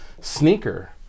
sneaker